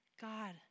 God